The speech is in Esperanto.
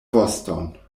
voston